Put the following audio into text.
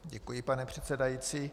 Děkuji, pane předsedající.